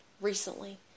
recently